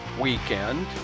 weekend